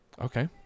Okay